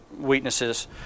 weaknesses